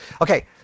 Okay